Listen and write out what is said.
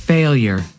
Failure